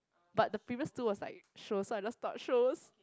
but the previous two was like shows so I just thought shows